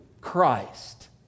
christ